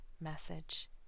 message